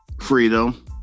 Freedom